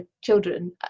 children